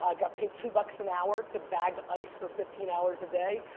ah got paid two bucks an hour to bag ice for fifteen hours a day.